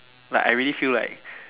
like I really feel like